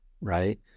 right